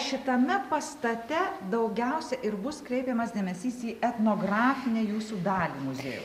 šitame pastate daugiausia ir bus kreipiamas dėmesys į etnografinę jūsų dalį muziejaus